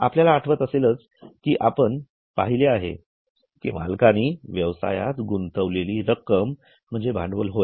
आपल्याला आठवत असेलच की आपण पाहिले आहे की मालकांनी व्यवसायात गुंतवलेली रक्कम म्हणजे भांडवल होय